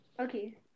Okay